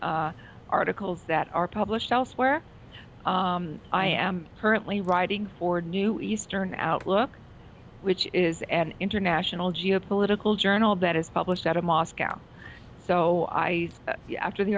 archiving articles that are published elsewhere i am currently writing for a new eastern outlook which is an international geo political journal that is published out of moscow so i after the